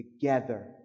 together